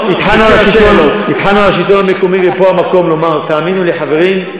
התחלנו לדבר על